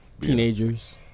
Teenagers